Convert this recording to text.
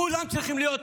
כולם צריכים להיות